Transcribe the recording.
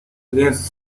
against